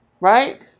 right